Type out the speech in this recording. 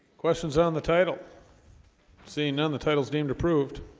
questions on the title seeing none the titles deemed approved